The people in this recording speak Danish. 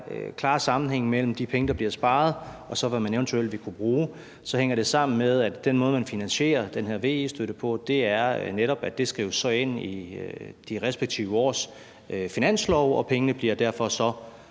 klare sammenhæng mellem de penge, der bliver sparet, og hvad man eventuelt vil kunne bruge, så hænger det sammen med, at den måde, man finansierer den her VE-støtte på, netop er ved, at det så skal ind i de respektive års finanslov, og pengene bliver derfor så